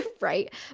Right